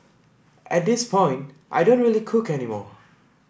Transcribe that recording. at this point I don't really cook any more